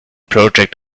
project